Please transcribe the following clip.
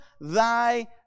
thy